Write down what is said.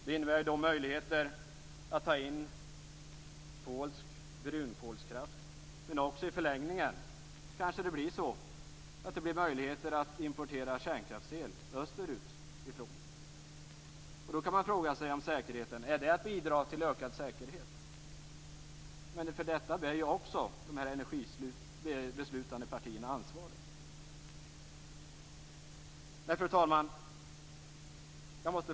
Det innebär möjligheter att ta in polsk brunkolskraft men också i förlängningen - kanske det blir så - att importera kärnkraftsel österifrån. Då kan man fråga sig om säkerheten: Är det att bidra till ökad säkerhet? För detta bär också de partier som var bakom energibeslutet ansvaret. Fru talman!